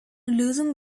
lösung